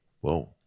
Whoa